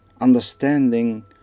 Understanding